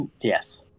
Yes